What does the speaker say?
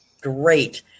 Great